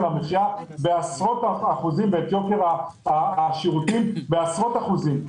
המחיה ואת יוקר השירותים בעשרות אחוזים.